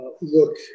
look